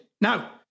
now